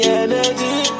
energy